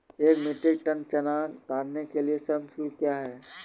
एक metric ton चना उतारने के लिए श्रम शुल्क क्या है?